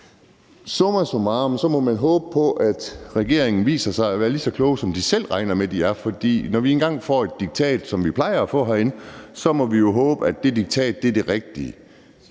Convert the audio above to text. Summa summarum må man håbe på, at regeringen viser sig at være lige så kloge, som de selv regner med at de er, for når vi engang får et diktat, som vi plejer at få herinde, må vi jo håbe, at det diktat er det rigtige.